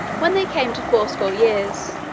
when they came to fourscore years,